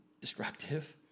destructive